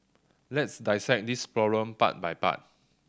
let's dissect this problem part by part